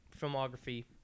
filmography